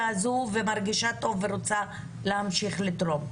הזאת ומרגישה טוב ורוצה להמשיך לתרום.